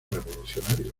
revolucionario